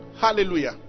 Hallelujah